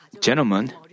gentlemen